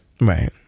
right